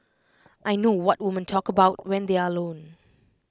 I know what women talk about when they are alone